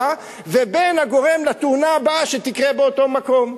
לבין הגורם לתאונה הבאה שתקרה באותו מקום.